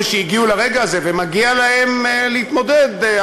שהגיעו לרגע הזה ומגיע להם להתמודד.